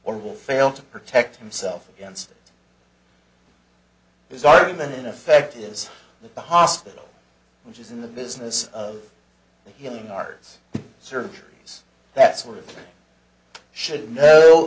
or will fail to protect himself against his argument in effect is that the hospital which is in the business of healing ards surgeries that's where it should know